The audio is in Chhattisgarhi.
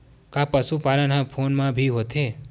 का पशुपालन ह फोन म भी होथे?